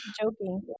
joking